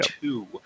two